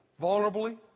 vulnerably